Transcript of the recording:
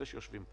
אלה שיושבים פה.